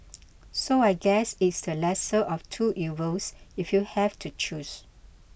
so I guess it's the lesser of two evils if you have to choose